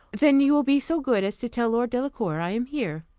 then you will be so good as to tell lord delacour i am here.